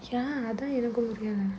ya அதா எனக்கும் புரியல:adha enakkum puriyala